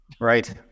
right